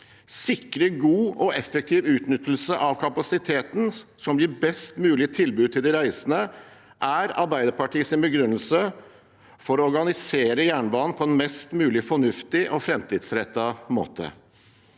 sikre god og effektiv utnyttelse av kapasiteten som gir et best mulig tilbud til de reisende, er Arbeiderpartiets begrunnelse for å organisere jernbanen på en mest mulig fornuftig og framtidsrettet måte.